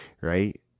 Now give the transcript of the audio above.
right